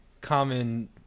common